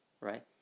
right